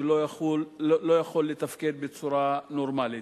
הוא לא יכול לתפקד בצורה נורמלית.